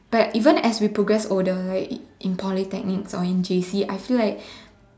but even as we progress older like in polytechnics or in J_C I feel like